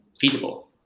feasible